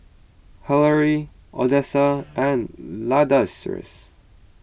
Hilary Odessa and Ladarius